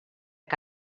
que